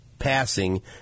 passing